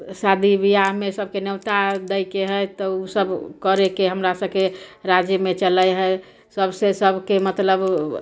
शादी विवाह मे सभके न्योता दैके हइ तऽ ओ सभ करैके हमरा सभके राजेमे चलै हइ सभसे सभके मतलब